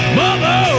mother